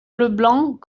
leblanc